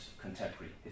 contemporary